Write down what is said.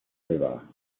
river